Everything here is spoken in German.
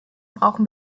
brauchen